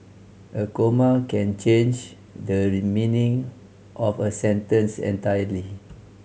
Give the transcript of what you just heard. a comma can change the meaning of a sentence entirely